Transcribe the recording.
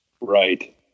Right